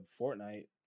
Fortnite